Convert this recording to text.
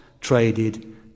traded